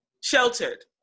Sheltered